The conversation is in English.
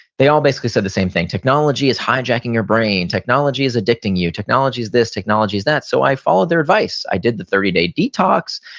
they all basically said the same thing. technology is highjacking your brain, technology is addicting you, technology is this, technology is that so i followed their advice. i did the thirty day detox,